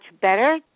better